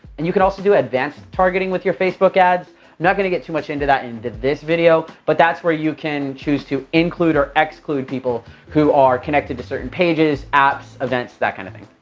and you can also do advanced targeting with your facebook ads. i'm not gonna get too much into that into this video, but that's where you can choose to include or exclude people who are connected to certain pages, apps, events, that kind of thing.